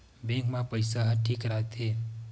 Bank मा पईसा ह ठीक राइथे?